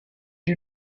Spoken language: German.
die